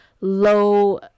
low